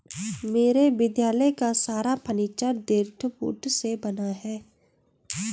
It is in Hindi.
मेरे विद्यालय का सारा फर्नीचर दृढ़ वुड से बना है